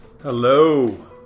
Hello